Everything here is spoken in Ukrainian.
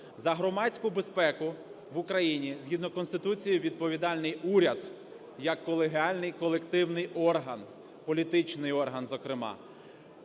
За громадську безпеку в Україні згідно Конституції відповідальний уряд як колегіальний колективний орган, політичний орган зокрема.